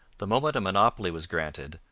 the moment a monopoly was granted,